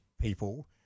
people